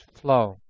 flow